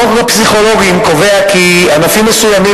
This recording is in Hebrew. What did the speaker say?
חוק הפסיכולוגים קובע כי ענפים מסוימים